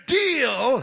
deal